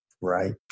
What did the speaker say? right